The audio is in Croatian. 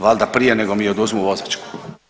Valjda, prije nego mi oduzmu vozačku.